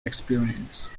experience